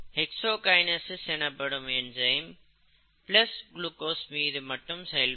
exogenous எனப்படும் enzyme plus glucose மீது மட்டும் செயல்படும்